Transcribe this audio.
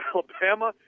Alabama